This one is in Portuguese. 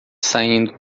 saindo